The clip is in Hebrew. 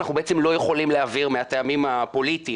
אנחנו בעצם לא יכולים להעביר מהטעמים הפוליטיים,